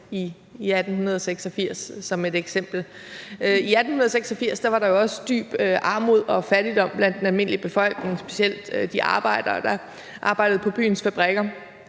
i 1886 som et eksempel. I 1886 var der jo også dyb armod og fattigdom blandt den almindelige befolkning, specielt de arbejdere, der arbejdede på byens fabrikker.